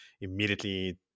Immediately